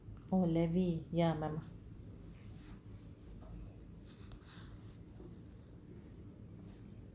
oh levy ya my